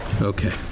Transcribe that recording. Okay